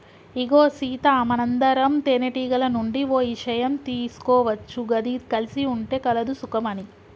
ఇగో సీత మనందరం తేనెటీగల నుండి ఓ ఇషయం తీసుకోవచ్చు గది కలిసి ఉంటే కలదు సుఖం అని